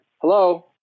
Hello